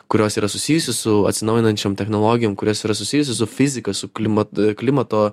kurios yra susijusi su atsinaujinančiom technologijom kurias yra susijusios su fizika su klimatu klimato